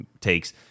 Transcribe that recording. takes